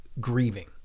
Grieving